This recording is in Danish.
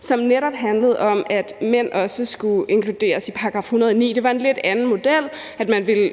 som netop handlede om, at mænd også skulle inkluderes i § 109. Det var en lidt anden model, hvor man ville